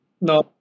No